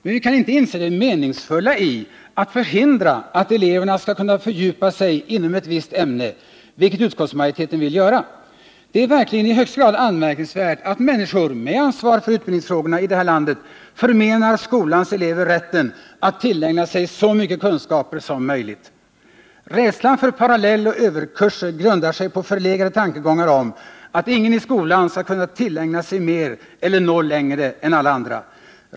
Men vi kan inte inse det meningsfulla i att förhindra att eleverna skall kunna fördjupa sig inom ett visst ämne, vilket utskottsmajoriteten vill göra. Det är verkligen i högsta grad anmärkningsvärt att människor med ansvar för utbildningsfrågor i det här landet förmenar skolans elever rätten att tillägna sig så mycket kunskaper som möjligt. Rädslan för parallelloch överkurser grundar sig på förlegade tankegångar om att ingen i skolan skall kunna tillägna sig mer eller nå längre än alla andra.